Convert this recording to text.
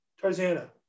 Tarzana